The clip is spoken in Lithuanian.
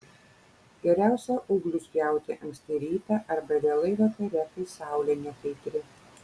geriausia ūglius pjauti anksti rytą arba vėlai vakare kai saulė nekaitri